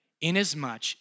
Inasmuch